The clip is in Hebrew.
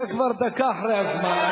אתה כבר דקה אחרי הזמן.